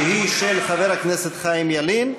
שהיא של חבר הכנסת חיים ילין,